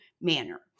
manner